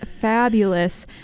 fabulous